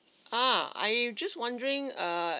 ah I just wondering err